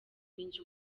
ninjye